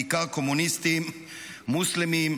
בעיקר קומוניסטים מוסלמים,